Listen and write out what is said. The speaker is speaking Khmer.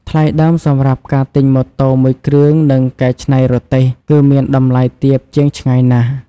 ថ្លៃដើមសម្រាប់ការទិញម៉ូតូមួយគ្រឿង និងកែច្នៃរទេះ គឺមានតម្លៃទាបជាងឆ្ងាយណាស់។